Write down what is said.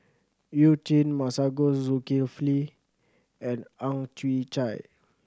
You Jin Masagos Zulkifli and Ang Chwee Chai